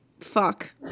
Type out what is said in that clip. fuck